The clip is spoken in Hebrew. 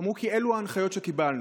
הם אמרו: כי אלה ההנחיות שקיבלנו.